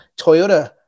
Toyota